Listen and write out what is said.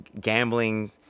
gambling